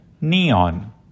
neon